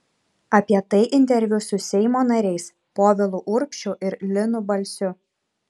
apie tai interviu su seimo nariais povilu urbšiu ir linu balsiu